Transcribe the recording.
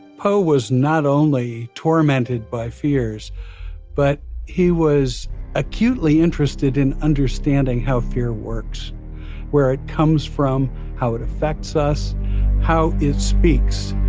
po was not only tormented by fears but he was acutely interested in understanding how fear works where it comes from how it affects us how it speaks.